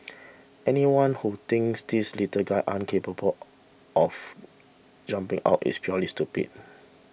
anyone who thinks these little guys aren't capable of jumping out is purely stupid